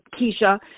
Keisha